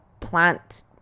plant